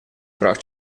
прав